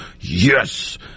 yes